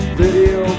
video